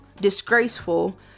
disgraceful